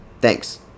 Thanks